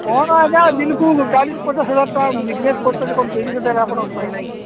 କ'ଣ ଆଜ୍ଞା ଦିନକୁ ଚାଳିଶ ପଚାଶ ହଜାର ଟଙ୍କା ବିଜନେସ୍ କରୁଛନ୍ତି କ'ଣ ତିରିଶ ହଜାର ଆପଣଙ୍କ ପାଖରେ ନାହିଁ କି